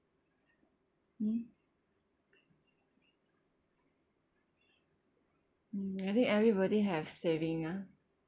mm mm I think everybody have saving ah